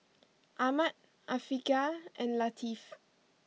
Ahmad Afiqah and Latif